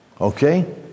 Okay